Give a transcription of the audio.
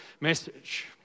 message